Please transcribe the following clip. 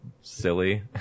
silly